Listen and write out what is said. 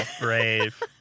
brave